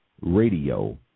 Radio